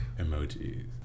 emojis